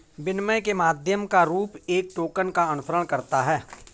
विनिमय के माध्यम का रूप एक टोकन का अनुसरण करता है